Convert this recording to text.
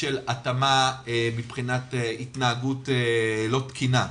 של התאמה מבחינת התנהגות לא תקינה,